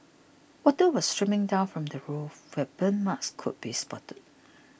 water was streaming down from the roof where burn marks could be spotted